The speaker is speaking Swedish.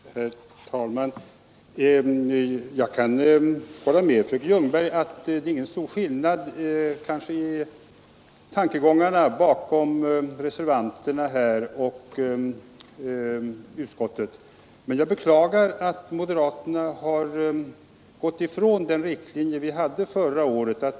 Herr talman! Jag kan hålla med fröken Ljungberg om att det inte är någon stor skillnad i tankegångarna bakom reservanternas och utskottets uppfattning, men jag beklagar att moderaterna har gått ifrån den riktlinje vi hade förra året.